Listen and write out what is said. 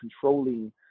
controlling